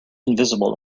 invisible